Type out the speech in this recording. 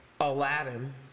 Aladdin